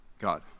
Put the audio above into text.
God